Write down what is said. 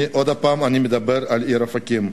עוד הפעם, אני מדבר על העיר אופקים.